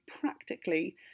practically